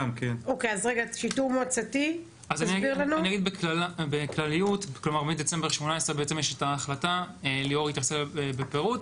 אני אגיד בכלליות: מדצמבר 2018 יש את ההחלטה שליאור יתייחס אליה בפירוט.